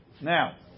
Now